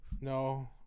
No